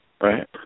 Right